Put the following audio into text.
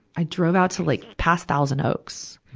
i drove out to like past thousand oaks.